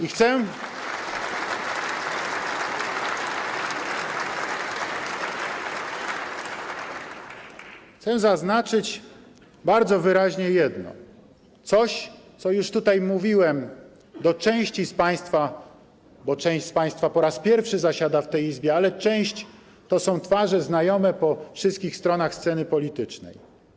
I chcę zaznaczyć bardzo wyraźnie jedno: coś, co już tutaj mówiłem do części z Państwa, bo część Państwa po raz pierwszy zasiada w tej Izbie, ale część - to są twarze znajome po wszystkich stronach sceny politycznej.